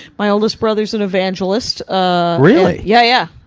my oldest brother is an evangelist. ah really? yeah yeah.